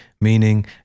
meaning